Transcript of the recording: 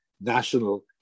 national